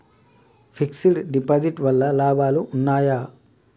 Fix డ్ deposit వల్ల లాభాలు ఉన్నాయి?